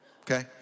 Okay